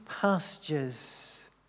pastures